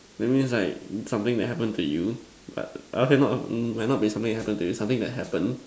that means like something that happens to you but okay not might not be something that happens to you something that happen